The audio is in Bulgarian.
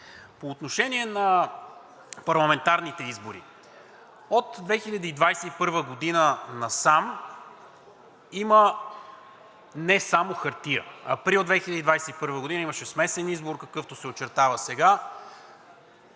По отношение на парламентарните избори. От 2021 г. насам има не само хартия – април 2021 г. имаше смесен избор, какъвто се очертава сега;